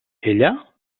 ella